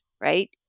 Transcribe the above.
right